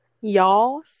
Y'all